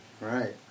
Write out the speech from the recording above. right